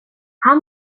han